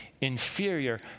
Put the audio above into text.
inferior